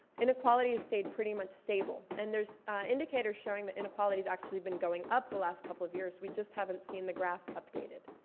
inequality has stayed pretty much stable. and there's indicators showing that inequality's actually been going up the last couple of years. we just haven't seen the graph updated.